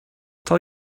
tell